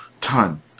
ton